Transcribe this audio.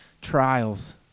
trials